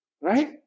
right